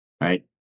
right